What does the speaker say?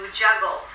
juggle